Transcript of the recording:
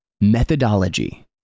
Methodology